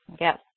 Yes